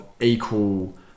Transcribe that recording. equal